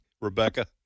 rebecca